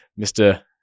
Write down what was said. Mr